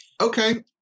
Okay